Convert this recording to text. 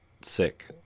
sick